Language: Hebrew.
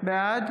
בעד